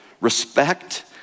respect